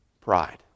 Pride